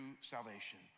salvation